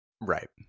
Right